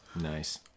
Nice